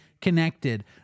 connected